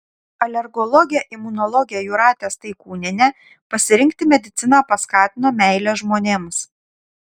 alergologę imunologę jūratę staikūnienę pasirinkti mediciną paskatino meilė žmonėms